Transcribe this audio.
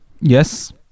Yes